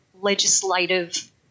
legislative